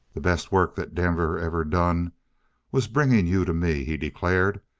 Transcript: the best work that denver ever done was bringing you to me, he declared.